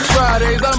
Fridays